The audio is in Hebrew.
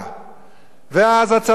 ואז הצבא יהיה יותר יעיל.